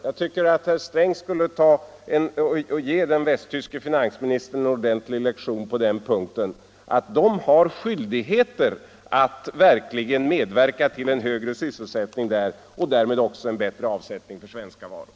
Jag tycker att herr Sträng skulle ge den västtyske finansministern en ordentlig lektion på den punkten och tala om, att de har skyldigheter att verkligen medverka till en högre sysselsättning där — och därmed också en bättre avsättning för svenska varor.